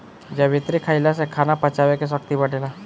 जावित्री खईला से खाना पचावे के शक्ति बढ़ेला